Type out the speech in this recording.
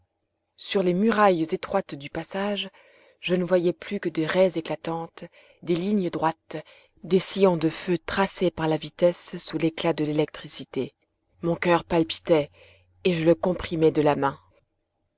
sur les murailles étroites du passage je ne voyais plus que des raies éclatantes des lignes droites des sillons de feu tracés par la vitesse sous l'éclat de l'électricité mon coeur palpitait et je le comprimais de la main